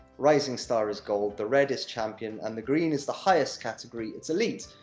rising star is gold, the red is champion, and the green is the highest category it's elite.